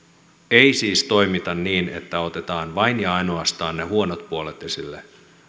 ei siis toimita niin että otetaan vain ja ainoastaan ne huonot puolet esille